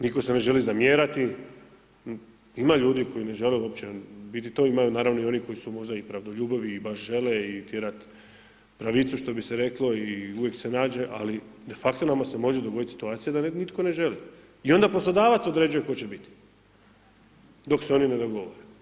Nitko se ne želi zamjerati, ima ljudi koji ne žele uopće, u biti to imaju naravno i oni koji su možda i ... i baš žele i tjerati pravicu što bi se reklo i uvijek se nađe, ali de facto nama se može dogoditi situacija da nitko ne želi i onda poslodavac određuje tko će biti dok se oni ne dogovore.